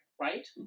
right